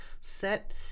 set